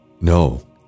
no